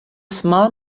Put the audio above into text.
small